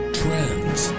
trends